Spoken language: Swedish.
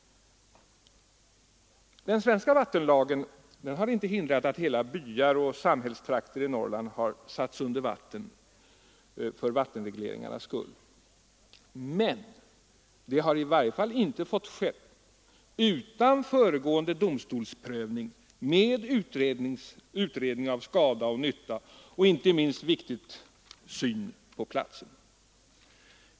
Den svenska vattenlagen har inte hindrat att hela byar och samhällstrakter i Norrland satts under vatten för vattenregleringarnas skull. Men det har i varje fall inte fått ske utan föregående domstolsprövning med utredning av skada och nytta och — inte minst viktigt — syn på platsen.